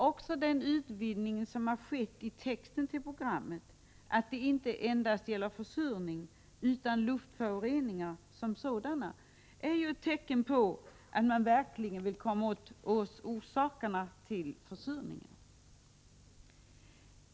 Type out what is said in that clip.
Också utvidgningen så att programmet inte endast gäller försurning utan också luftföroreningar som sådana är ett tecken på att man verkligen vill komma åt orsakerna till försurningen.